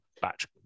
batch